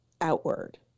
outward